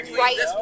right